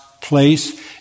place